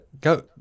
go